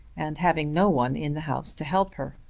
and having no one in the house to help her.